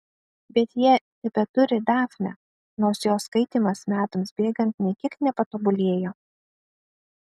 bet jie tebeturi dafnę nors jos skaitymas metams bėgant nė kiek nepatobulėjo